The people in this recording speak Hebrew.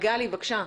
גלי, בבקשה.